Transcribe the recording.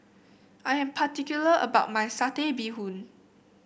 I am particular about my Satay Bee Hoon